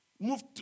moved